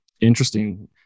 Interesting